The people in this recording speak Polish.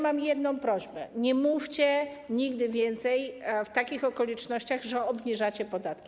Mam jedną prośbę: nie mówcie nigdy więcej w takich okolicznościach, że obniżacie podatki.